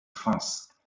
france